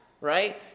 right